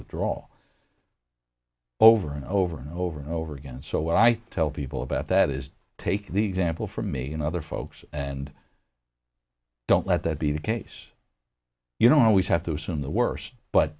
withdrawal over and over and over and over again so i tell people about that is take the example for me and other folks and don't let that be the case you don't always have to assume the worst but